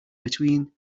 between